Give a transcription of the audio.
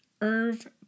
Irv